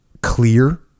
Clear